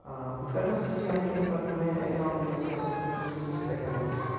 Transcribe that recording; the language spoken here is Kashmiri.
آ بہٕ کَرٕ نہ سکین یہِ پَتہٕ میٛانہِ اٮ۪کاوُنٛٹ منٛز گژھن پونٛسہٕ تُہُںٛدِس اٮ۪کاوُنٛٹَس